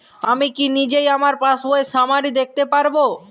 আমি কি নিজেই আমার পাসবইয়ের সামারি দেখতে পারব?